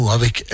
avec